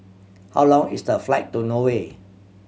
how long is the flight to Norway